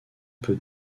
peu